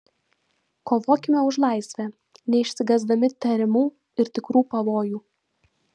kovokime už laisvę neišsigąsdami tariamų ir tikrų pavojų